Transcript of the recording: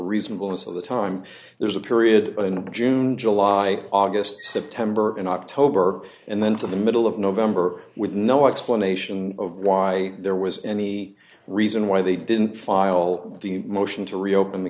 reasonableness of the time there's a period in which june july august september and october and then to the middle of november with no explanation of why there was any reason why they didn't file the motion to reopen the